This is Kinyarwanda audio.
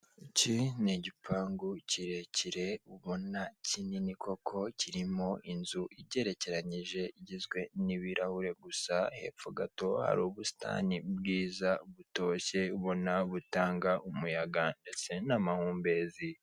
Iki ni igipangu kirekire ubona kinini koko kirimo inzu igerekeranyije, igizwe n'ibirahure gusa hepfo gato hari ubusitani bwiza butoshye ubona butanga umuyaga ndetse n'amahumbezi.